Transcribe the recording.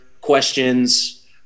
questions